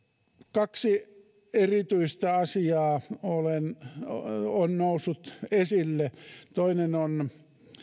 kaksi erityistä asiaa on noussut esille toinen on